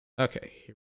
Okay